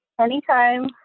Anytime